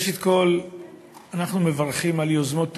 ראשית, אנחנו מברכים על יוזמות טובות.